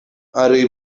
arī